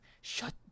Shut